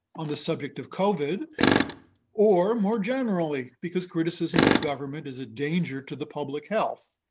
on the subject of covid or more generally because criticism of government is a danger to the public health.